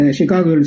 Chicago